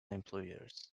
employers